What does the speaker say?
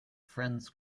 friends